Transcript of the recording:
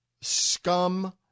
scum